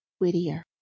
whittier